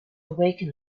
awaken